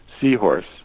seahorse